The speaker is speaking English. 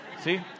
See